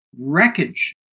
wreckage